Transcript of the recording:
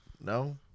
No